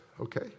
okay